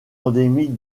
endémique